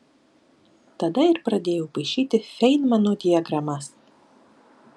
tada ir pradėjau paišyti feinmano diagramas